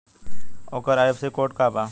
ओकर IFSC code का बा?